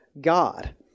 God